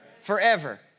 forever